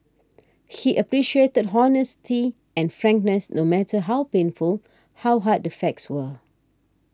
he appreciated honesty and frankness no matter how painful how hard the facts were